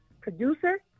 producer